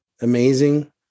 amazing